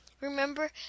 Remember